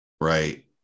right